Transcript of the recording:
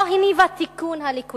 לא הניבו את תיקון הליקויים.